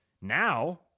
Now